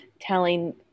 telling